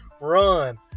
run